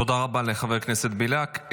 תודה רבה לחבר הכנסת בליאק.